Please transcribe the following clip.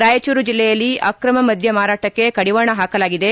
ರಾಯಚೂರು ಜಿಲ್ಲೆಯಲ್ಲಿ ಆಕ್ರಮ ಮದ್ದ ಮಾರಾಟಕ್ಕೆ ಕಡಿವಾಣ ಹಾಕಲಾಗಿದೆ